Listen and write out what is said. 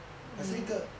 好像一个